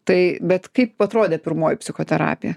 tai bet kaip atrodė pirmoji psichoterapija